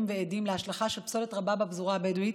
ועדים להשלכה של פסולת רבה בפזורה הבדואית,